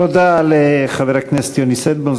תודה לחבר הכנסת יוני שטבון,